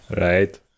Right